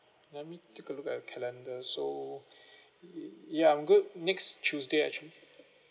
let me take a look at calendar so ya I'm good next tuesday actually